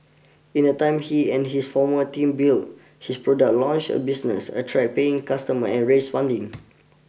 in that time he and his former team built his product launched the business attract paying customers and raised funding